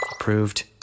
Approved